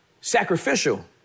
sacrificial